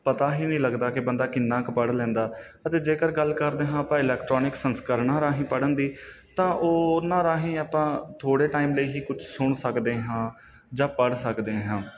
ਪਤਾ ਹੀ ਨਹੀਂ ਲੱਗਦਾ ਕਿ ਬੰਦਾ ਕਿੰਨਾ ਕੁ ਪੜ੍ਹ ਲੈਂਦਾ ਅਤੇ ਜੇਕਰ ਗੱਲ ਕਰਦੇ ਹਾਂ ਭਾਈ ਇਲੈਕਟਰੋਨਿਕ ਸੰਸਕਰਨਾਂ ਰਾਹੀਂ ਪੜ੍ਹਨ ਦੀ ਤਾਂ ਓ ਉਹਨਾਂ ਰਾਹੀਂ ਆਪਾਂ ਥੋੜ੍ਹੇ ਟਾਈਮ ਲਈ ਹੀ ਕੁਛ ਸੁਣ ਸਕਦੇ ਹਾਂ ਜਾਂ ਪੜ੍ਹ ਸਕਦੇ ਹਾਂ